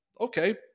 Okay